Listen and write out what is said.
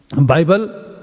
Bible